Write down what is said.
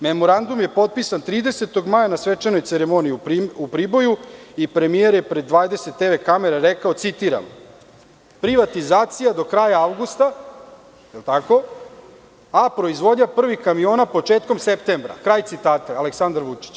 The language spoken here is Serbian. Memorandum je potpisan 30. maja na svečanoj ceremoniji u Priboju i premijer je pred 20 TV kamera rekao, citiram – privatizacija do kraja avgusta, aproizvodnja prvih kamiona početkom septembra, kraj citata, Aleksandar Vučić.